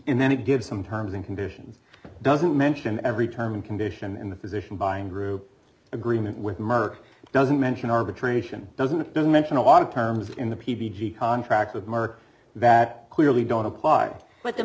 in that it gives some terms and conditions doesn't mention every term condition in the physician buying group agreement with merck doesn't mention arbitration doesn't it doesn't mention a lot of terms in the p b t contract with merck that clearly don't apply but the